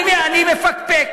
אני מפקפק.